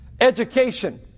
Education